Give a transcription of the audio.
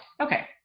Okay